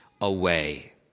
away